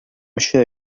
sure